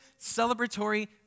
celebratory